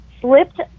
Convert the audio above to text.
slipped